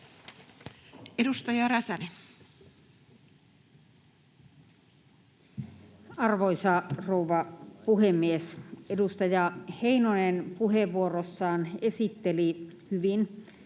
16:07 Content: Arvoisa rouva puhemies! Edustaja Heinonen puheenvuorossaan esitteli hyvin